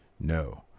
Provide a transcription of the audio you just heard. no